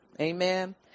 Amen